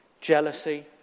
jealousy